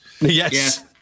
Yes